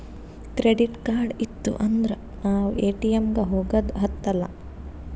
credit card ಇತ್ತು ಅಂದುರ್ ನಾವ್ ಎ.ಟಿ.ಎಮ್ ಗ ಹೋಗದ ಹತ್ತಲಾ